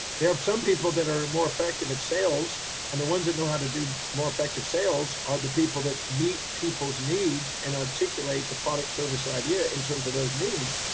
there are some people that are more effective at sales and the ones that know how to do more effective sales are the people that meet people's needs and articulate the product, service or idea in terms of those needs.